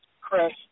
Chris